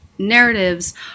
narratives